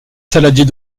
saladier